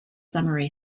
summary